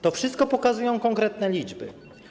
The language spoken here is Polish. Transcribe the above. To wszystko pokazują konkretne liczby.